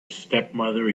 stepmother